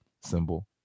symbol